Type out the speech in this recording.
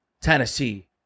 tennessee